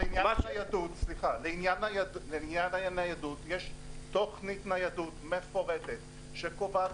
לעניין ניידות יש תכנית ניידות מפורטת שקובעת